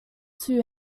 too